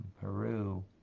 Peru